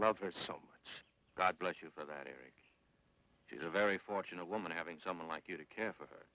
love her so much god bless you for that it is a very fortunate woman having someone like you to care for che